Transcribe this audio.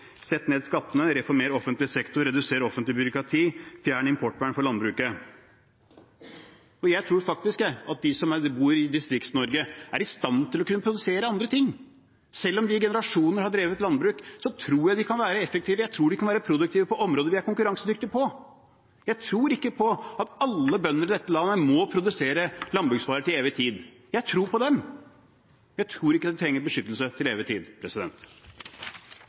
ned skattene reformer offentlig sektor reduser offentlig byråkrati fjern importvern for landbruket Jeg tror faktisk at de som bor i Distrikts-Norge, er i stand til å kunne produsere andre ting. Selv om de i generasjoner har drevet landbruk, tror jeg de kan være effektive, jeg tror de kan være produktive på områder vi er konkurransedyktige på. Jeg tror ikke på at alle bønder i dette landet må produsere landbruksvarer til evig tid. Jeg tror på dem – jeg tror ikke de trenger beskyttelse til evig tid.